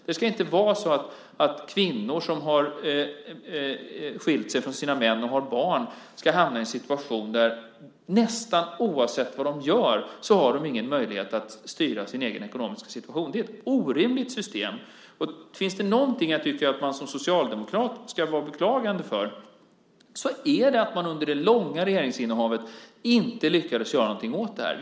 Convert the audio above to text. Det ska inte vara så att kvinnor som har skilt sig från sina män och har barn, nästan oavsett vad de gör, inte har någon möjlighet att styra sin egen ekonomiska situation. Det är ett orimligt system. Finns det någonting jag tycker att man som socialdemokrat ska beklaga är det att man under det långa regeringsinnehavet inte lyckades göra någonting åt det här.